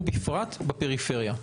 ובפרט בפריפריה.